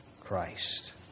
Christ